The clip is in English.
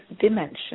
dimension